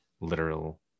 literal